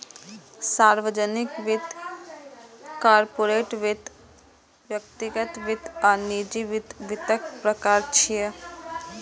सार्वजनिक वित्त, कॉरपोरेट वित्त, व्यक्तिगत वित्त आ निजी वित्त वित्तक प्रकार छियै